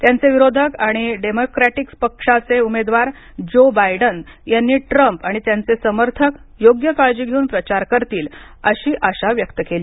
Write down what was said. त्यांचे विरोधक आणि डेमोक्रॅटिक पक्षाचे उमेदवार ज्यो बायडेन यांनी ट्रम्प आणि त्यांचे समर्थक योग्य काळजी घेऊन प्रचार करतील अशी आशा व्यक्त केली